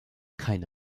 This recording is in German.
keine